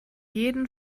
jeden